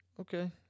Okay